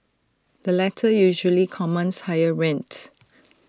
the latter usually commands higher rent